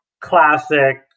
Classic